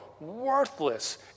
worthless